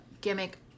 gimmick